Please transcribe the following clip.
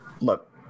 look